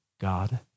God